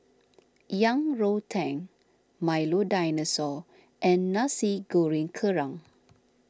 Yang Rou Tang Milo Dinosaur and Nasi Goreng Kerang